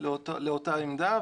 לאותה עמדה.